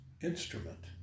instrument